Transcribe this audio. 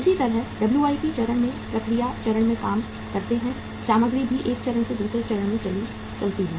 इसी तरह डब्ल्यूआईपी चरण में भी प्रक्रिया चरण में काम करते हैं सामग्री भी एक चरण से दूसरे चरण में चलती है